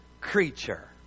creature